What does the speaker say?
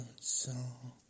song